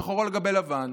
שחור על גבי לבן,